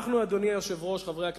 אנחנו, אדוני היושב-ראש, חברי הכנסת,